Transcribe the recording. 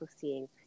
seeing